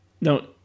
No